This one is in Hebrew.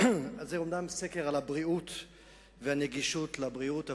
זה אומנם סקר על הבריאות והנגישות לבריאות,